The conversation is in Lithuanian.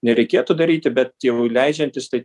nereikėtų daryti bet jau leidžiantis tai